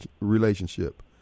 relationship